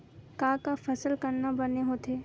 का का फसल करना बने होथे?